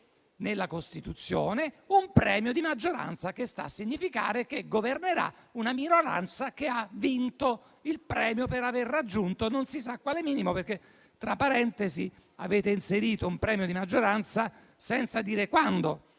nella Costituzione un premio di maggioranza che sta a significare che governerà una minoranza che ha vinto il premio per aver raggiunto non si sa quale minimo. Per inciso, avete inserito un premio di maggioranza senza indicarne